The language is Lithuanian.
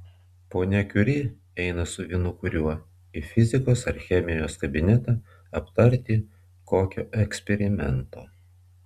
ponia kiuri eina su vienu kuriuo į fizikos ar chemijos kabinetą aptarti kokio eksperimento